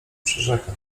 przyrzekam